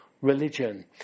religion